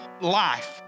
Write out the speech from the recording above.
life